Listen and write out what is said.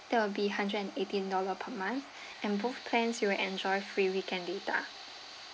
that will be hundred and eighteen dollar per month and both plans you will enjoy free weekend data